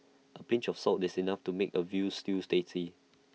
A pinch of salt is enough to make A Veal Stews tasty